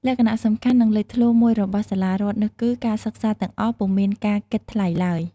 លក្ខណៈសំខាន់ និងលេចធ្លោមួយរបស់សាលារដ្ឋនោះគឺ ការសិក្សាទាំងអស់ពុំមានការគិតថ្លៃឡើយ។